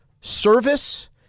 service